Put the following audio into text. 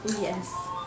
Yes